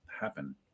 happen